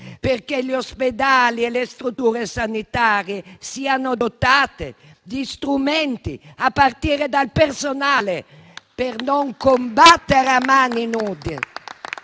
perché gli ospedali e le strutture sanitarie siano dotate di strumenti, a partire dal personale, per non combattere a mani nude